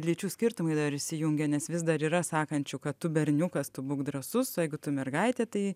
lyčių skirtumai dar įsijungia nes vis dar yra sakančių kad tu berniukas tu būk drąsus o jeigu tu mergaitė tai